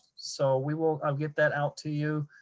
so we will, i'll get that out to you.